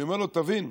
אני אומר לו: תבין,